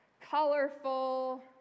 Colorful